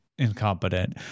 Incompetent